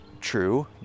true